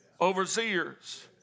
overseers